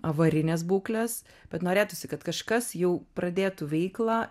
avarinės būklės bet norėtųsi kad kažkas jau pradėtų veiklą